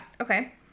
Okay